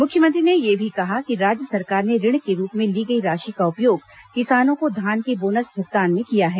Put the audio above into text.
मुख्यमंत्री ने यह भी कहा कि राज्य सरकार ने ऋण के रूप में ली गई राशि का उपयोग किसानों को धान के बोनस भुगतान में किया है